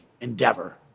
endeavor